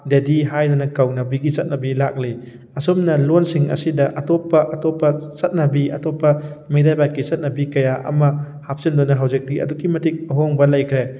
daddy ꯍꯥꯏꯗꯅ ꯀꯧꯅꯕꯤꯒꯤ ꯆꯠꯅꯕꯤ ꯂꯥꯛꯂꯤ ꯑꯁꯨꯝꯅ ꯂꯣꯟꯁꯤꯡ ꯑꯁꯤꯗ ꯑꯗꯣꯞꯄ ꯑꯇꯣꯞꯄ ꯆꯠꯅꯕꯤ ꯑꯇꯣꯞꯄ ꯃꯤꯔꯩꯕꯥꯛꯀꯤ ꯆꯠꯅꯕꯤ ꯀꯌꯥ ꯑꯃ ꯍꯥꯞꯆꯤꯟꯗꯨꯅ ꯍꯧꯖꯤꯛꯇꯤ ꯑꯗꯨꯛꯀꯤ ꯃꯇꯤꯛ ꯑꯍꯣꯡꯕ ꯂꯩꯈ꯭ꯔꯦ